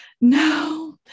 no